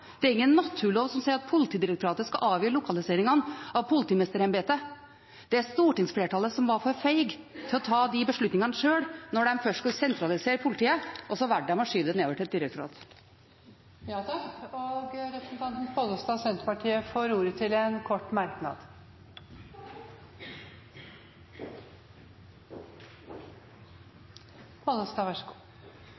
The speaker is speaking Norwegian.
Det er ingen naturlov som sier at Politidirektoratet skal avgjøre lokaliseringene av politimesterembetet. Det var stortingsflertallet som var for feige til å ta de beslutningene sjøl, da de først skulle sentralisere politiet, og så valgte de å skyve det nedover til et direktorat. Representanten Geir Pollestad har hatt ordet to ganger tidligere og får ordet til en kort merknad,